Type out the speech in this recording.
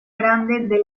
grande